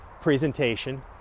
presentation